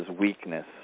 weakness